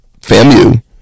FAMU